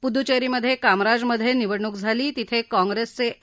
पुदुचेरीमधे कामराजमधे निवडणूक झाली तिथे काँग्रेसच ए